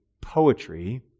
poetry